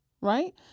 right